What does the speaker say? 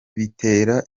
bitera